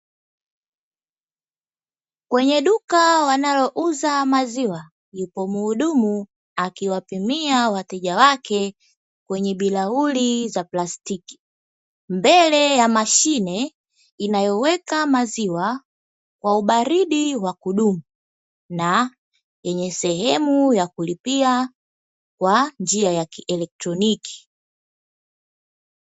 Kwenye duka wanalouza maziwa yupo mhudumu akiwapimia wateja wake kwenye bilauri za plastiki, mbele ya mashine inayoweka maziwa kwa ubaridi wa kudumu na yenye sehemu ya kulipia kwa njia ya kielektronoki.